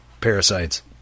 parasites